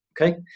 Okay